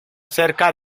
cerca